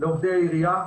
לעובדי העירייה,